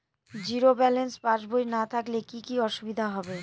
Zero balance পাসবই না থাকলে কি কী অসুবিধা হবে?